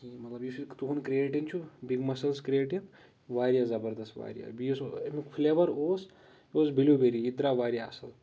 کِہیٖنۍ مطلب یُس یہِ تُہُنٛد کِرٛیٹِن چھُ بیٚیہِ مَسٕلز کِرٛیٹِن واریاہ زبردس واریاہ بیٚیہِ یُس اَمیُٚک فٕلیوَر اوس یہِ اوس بِلوٗ بیٚری یہِ تہِ درٛاو واریاہ اَصٕل